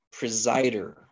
presider